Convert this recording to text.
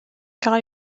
got